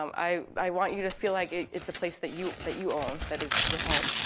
um i i want you to feel like it's a place that you that you own, that is your home.